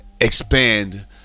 expand